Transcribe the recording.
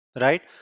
right